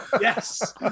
Yes